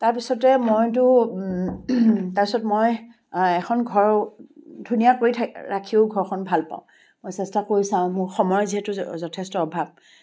তাৰপিছতে মইতো তাৰপিছত মই এখন ঘৰ ধুনীয়া কৰি ৰাখিও ঘৰখন ভাল পাওঁ মই চেষ্টা কৰি চাওঁ মোৰ সময় যিহেতু যথেষ্ট অভাৱ